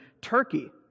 Turkey